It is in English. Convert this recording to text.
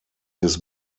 his